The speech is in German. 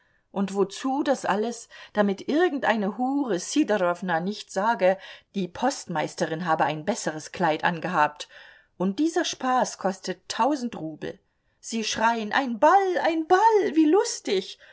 und wozu das alles damit irgendeine hure ssidorowna nicht sage die postmeisterin habe ein besseres kleid angehabt und dieser spaß kostet tausend rubel sie schreien ein ball ein ball wie lustig